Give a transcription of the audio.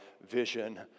vision